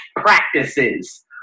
practices